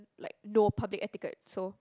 like know public etiquette so